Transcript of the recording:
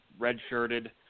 redshirted